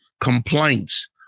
complaints